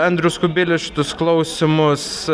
andrius kubilius šitus klausymus